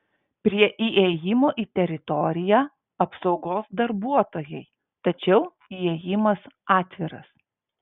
prie įėjimo į teritoriją apsaugos darbuotojai tačiau įėjimas atviras